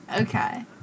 Okay